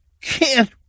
Can't